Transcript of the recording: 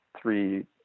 three